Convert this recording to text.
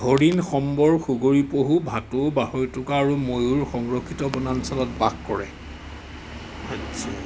হৰিণ সম্বৰ সুগৰী পহু ভাটৌ বাঢ়ৈটোকা আৰু ময়ূৰ সংৰক্ষিত বনাঞ্চলত বাস কৰে